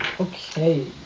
okay